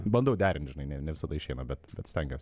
bandau derint žinai ne ne visada išeina bet bet stengiuos